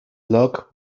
log